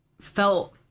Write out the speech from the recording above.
felt